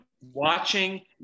Watching